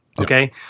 okay